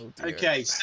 okay